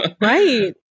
Right